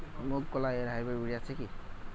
মুগকলাই এর হাইব্রিড বীজ আছে কি?